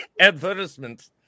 Advertisement